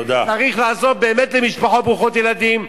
צריך לעזור באמת למשפחות ברוכות ילדים,